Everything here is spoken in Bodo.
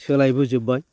सोलायबोजोब्बाय